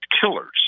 killers